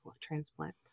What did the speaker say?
transplant